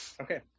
Okay